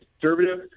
conservative